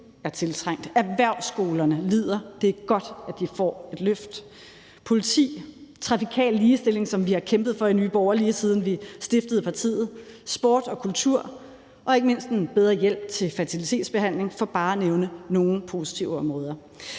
også i forhold til politiet. Der er også trafikal ligestilling, som vi har kæmpet for i Nye Borgerlige, lige siden vi stiftede partiet, samt sport og kultur og ikke mindst en bedre hjælp til fertilitetsbehandling. Det er bare for at nævne nogle positive områder.